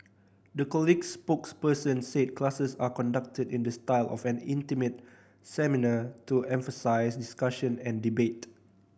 the college's spokesperson said classes are conducted in the style of an intimate seminar to emphasise discussion and debate